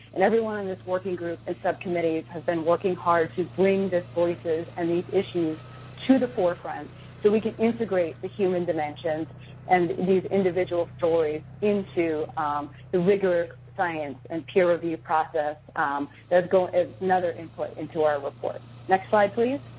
and everyone in this working group and subcommittees has been working hard to bring these voices and these issues to the forefront so we can integrate the human dimensions and these individual stories into the rigorous science and peer review process that go as another input into our reports. next slide, please.